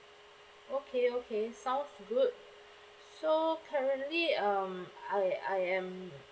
okay okay sounds good so currently um I I am